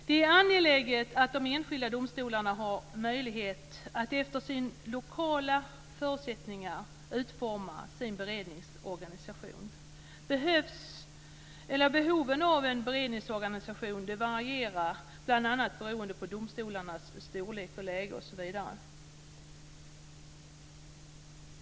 Det är angeläget att de enskilda domstolarna har möjlighet att efter sina lokala förutsättningar utforma sin beredningsorganisation. Behoven av en beredningsorganisation varierar bl.a. beroende på domstolarnas storlek och läge.